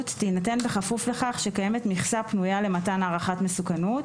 תינתן בכפוף לכך שקיימת מכסה פנויה למתן הערכת מסוכנות,